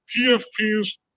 PFPs